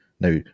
Now